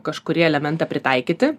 kažkurį elementą pritaikyti